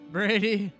Brady